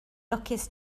lwcus